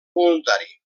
voluntari